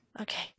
okay